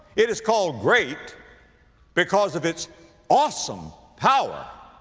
it is called great because of its awesome power.